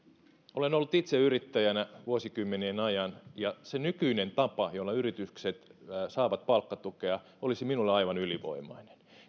olen ollut itse yrittäjänä vuosikymmenien ajan ja se nykyinen tapa jolla yritykset saavat palkkatukea olisi minulle aivan ylivoimainen